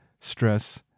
stress